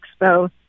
Expo